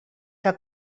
que